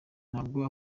ntabwo